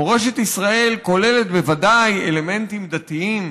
מורשת ישראל כוללת בוודאי אלמנטים דתיים,